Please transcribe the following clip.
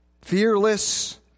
fearless